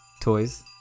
toys